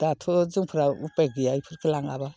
दाथ' जोंफ्रा उफाय गैया बिफोरखौ लाङाबा